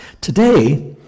Today